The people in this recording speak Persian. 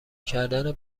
کردن